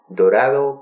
dorado